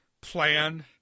plan